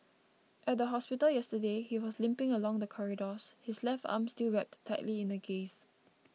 at the hospital yesterday he was limping along the corridors his left arm still wrapped tightly in gauze